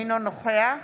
אינו נוכח